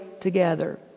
together